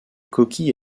coquille